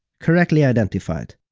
correctly identified.